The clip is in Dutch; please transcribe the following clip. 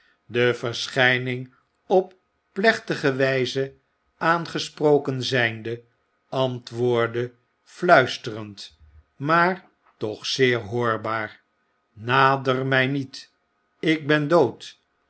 de verschijning op plechtige wijze aangesproken zijnde antwoordde fluisterend maar toch zeer hoorbaar nader mij niet ik ben dood